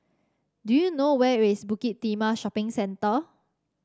do you know where is Bukit Timah Shopping Centre